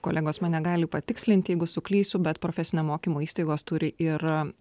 kolegos mane gali patikslinti jeigu suklysiu bet profesinio mokymo įstaigos turi ir